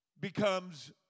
becomes